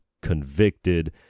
convicted